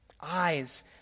eyes